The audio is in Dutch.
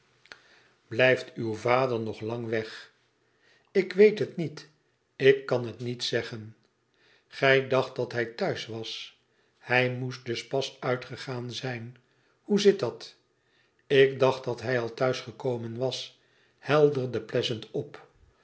blijft uw vader nog lang weg ik weet het niet ik kan het niet zeggen gij dacht dat hij thuis was hij moest dus pas uitgegaan zijn hoe zit dat ik dacht dat hij al thuis gekomen was helderde pleasant op